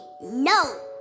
no